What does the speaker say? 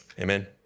Amen